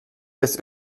des